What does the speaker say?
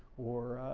or